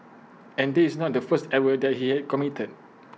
and this is not the first error that he had committed